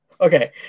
okay